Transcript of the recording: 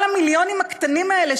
כל המיליונים הקטנים האלה,